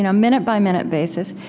and minute-by-minute basis,